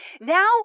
Now